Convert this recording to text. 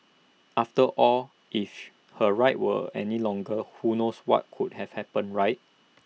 after all if her ride were any longer who knows what could have happened right